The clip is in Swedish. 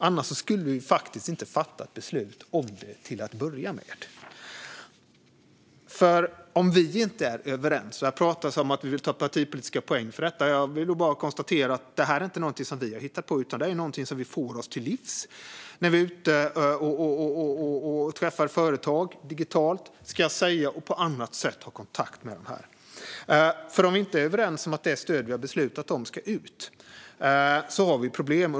Annars skulle vi inte ha fattat beslut om det till att börja med. Här talas om att vi vill ta partipolitiska poäng för detta. Jag kan bara konstatera att det inte är något som vi har hittat på. Det är någonting som vi får oss till livs när vi är ute och träffar företag digitalt och på annat sätt har kontakt med dem. Om vi inte är överens om att det stöd vi har beslutat om ska ut har vi problem.